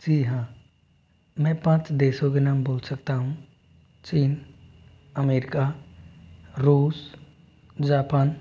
जी हाँ मैं पाँच देशों के नाम बोल सकता हूँ चीन अमेरिका रूस जापान